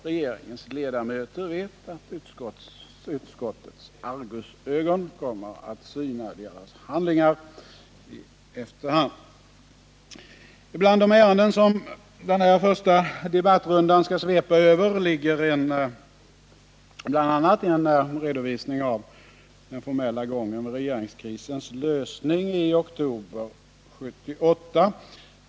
Regeringens ledamöter vet att utskottets argusögon kommer att syna deras handlingar i efterhand. Bland de ärenden som den här första debattrundan skall svepa över finns en redovisning av den formella gången vid regeringskrisens lösning i oktober 1978.